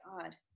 God